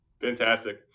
Fantastic